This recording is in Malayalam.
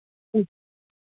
ഉം